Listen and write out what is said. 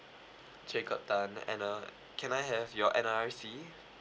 jacob tan and uh can I have your N_R_I_C